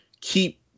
keep